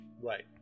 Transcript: right